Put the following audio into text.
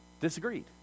disagreed